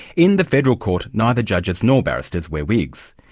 in the federal court, neither judges nor barristers wear wigs.